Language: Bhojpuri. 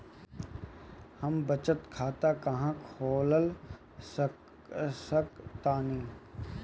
हम बचत खाता कहां खोल सकतानी?